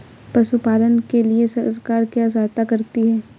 पशु पालन के लिए सरकार क्या सहायता करती है?